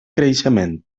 creixement